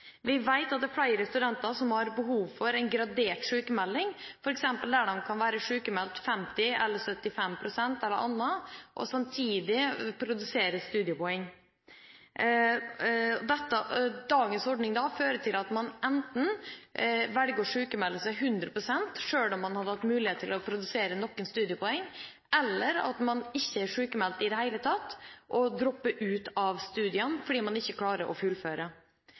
Vi vet at det er flere studenter som har behov for en gradert sykmelding, der de kan være sykmeldt f.eks. 50 eller 75 pst., og samtidig produsere studiepoeng. Dagens ordning fører til at man enten velger å sykmelde seg 100 pst., selv om man hadde hatt mulighet til å produsere noen studiepoeng, eller at man ikke er sykmeldt i det hele tatt, og dropper ut av studiene fordi man ikke klarer å fullføre.